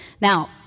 Now